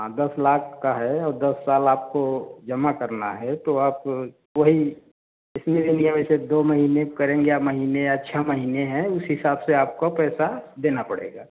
हाँ दस लाख का है और दस साल आपको जमा करना है तो आप वही इसमें यह ही है वैसे दो महीने करेंगे या महीने या छः महीने हैं उस हिसाब से आपको पैसा देना पड़ेगा